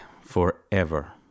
forever